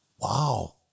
Wow